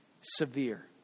severe